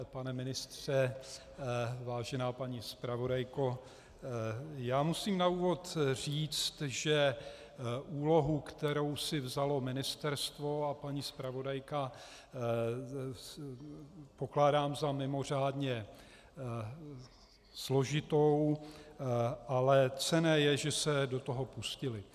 Pane ministře, vážená paní zpravodajko, já musím na úvod říct, že úlohu, kterou si vzalo ministerstvo a paní zpravodajka, pokládám za mimořádně složitou, ale cenné je, že se do toho pustili.